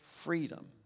freedom